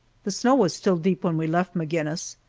the snow was still deep when we left maginnis,